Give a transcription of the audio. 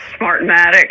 Smartmatic